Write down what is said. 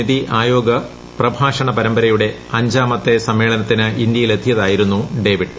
നിത്രി ആയോഗ് പ്രഭാഷണ പരമ്പരയുടെ അഞ്ചാമത്തെ സമ്മേള്സ്ത്തിന് ഇന്ത്യയിലെത്തിയ തായിരുന്നു ഡേവിഡ്